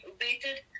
waited